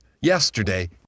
yesterday